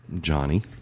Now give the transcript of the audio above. Johnny